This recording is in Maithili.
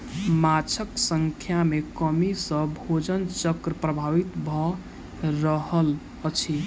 माँछक संख्या में कमी सॅ भोजन चक्र प्रभावित भ रहल अछि